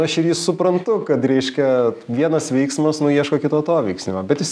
aš ir jį suprantu kad reiškia vienas veiksmas nu ieško kito atoveiksmio bet jis